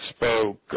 spoke